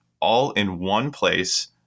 all-in-one-place